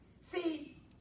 See